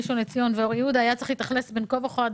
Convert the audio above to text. ראשון לציון ואור יהודה היו צריכות להתאכלס בין כה וכה עד